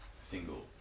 single